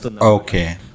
Okay